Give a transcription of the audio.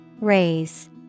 Raise